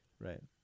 Right